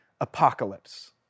apocalypse